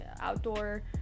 outdoor